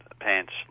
pants